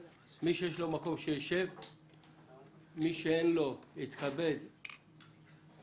מי שיש לו מקום שישב ומי שאין לא יתכבד לצאת.